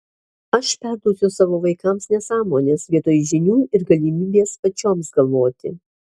aš perduosiu savo vaikams nesąmones vietoj žinių ir galimybės pačioms galvoti